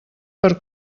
per